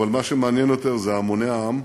אבל מה שמעניין יותר זה המוני העם,